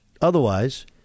otherwise